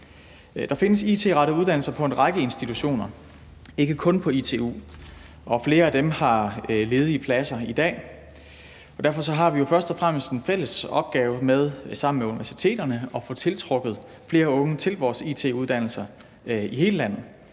Der findes it-rettede uddannelser på en række institutioner, ikke kun på ITU, og flere af dem har i dag ledige pladser. Derfor har vi først og fremmest en fælles opgave i sammen med universiteterne at få tiltrukket flere unge til vores it-uddannelser i hele landet.